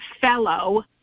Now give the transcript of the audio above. fellow